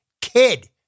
kid